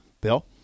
Bill